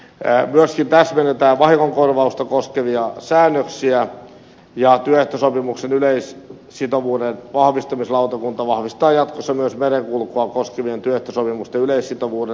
myöskin täsmennetään vahingonkorvausta koskevia säännöksiä ja työehtosopimuksen yleissitovuuden vahvistamislautakunta vahvistaa jatkossa myös merenkulkua koskevien työehtosopimusten yleissitovuuden